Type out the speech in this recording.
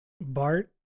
Bart